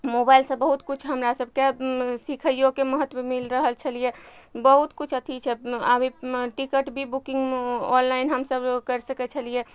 मोबाइलसँ बहुत किछु हमरा सबके सिखैयोके महत्व मिल रहल छलियै बहुत किछु अथी छै अभी टिकट भी बुकिंग ऑनलाइन हमसब करि सकय छलियै